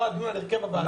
פה הדיון על הרכב הוועדה.